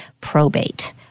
probate